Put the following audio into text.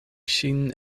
ŝin